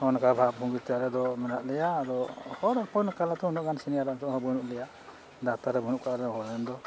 ᱱᱚᱜᱼᱚ ᱱᱚᱝᱠᱟ ᱵᱷᱟᱵᱽ ᱵᱚᱝᱜᱤᱛᱮ ᱟᱞᱮ ᱫᱚ ᱢᱮᱱᱟᱜ ᱞᱮᱭᱟ ᱟᱫᱚ ᱦᱚᱲ ᱦᱚᱯᱚᱱ ᱚᱠᱟᱞᱮᱠᱟ ᱛᱚ ᱩᱱᱟᱹᱜ ᱜᱟᱱ ᱥᱤᱱᱤᱭᱟᱨ ᱟᱢ ᱫᱚ ᱵᱟᱹᱱᱩᱜ ᱞᱮᱭᱟ ᱰᱟᱠᱛᱟᱨᱮ ᱵᱟᱹᱱᱩᱜ ᱠᱟᱜ ᱟᱞᱮ ᱦᱚᱲᱮᱱ ᱫᱚ